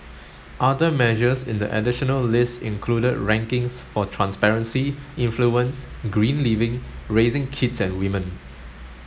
other measures in the additional list included rankings for transparency influence green living raising kids and women